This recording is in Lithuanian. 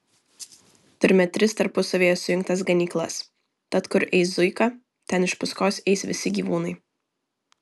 turime tris tarpusavyje sujungtas ganyklas tad kur eis zuika ten iš paskos eis visi gyvūnai